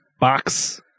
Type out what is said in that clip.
Box